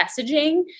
messaging